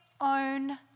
own